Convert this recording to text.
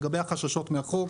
לגבי החששות מהחוק.